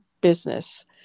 business